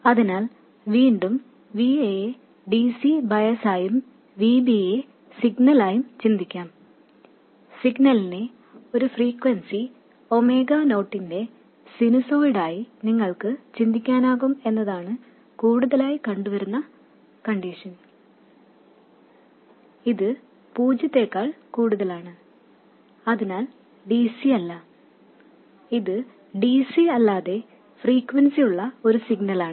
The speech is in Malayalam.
അതിനാൽ വീണ്ടും Va യെ dc ബയാസായും Vb യെ സിഗ്നലായും ചിന്തിക്കാം സിഗ്നലിനെ ഒരു ഫ്രീക്വൻസി ഒമേഗ നോട്ടിന്റെ സിനുസോയിഡായി നിങ്ങൾക്ക് ചിന്തിക്കാനാകും എന്നതാണ് കൂടുതലായി കണ്ടുവരുന്ന സാഹചര്യം ഇത് പൂജ്യത്തേക്കാൾ കൂടുതലാണ് അതിനാൽ dc അല്ല ഇത് dc അല്ലാതെ ഫ്രീക്വെൻസി ഉള്ള ഒരു സിഗ്നലാണ്